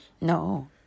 No